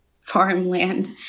farmland